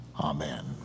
Amen